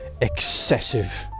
excessive